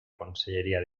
conselleria